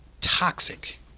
toxic